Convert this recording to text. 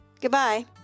Goodbye